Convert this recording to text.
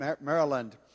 Maryland